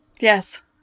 Yes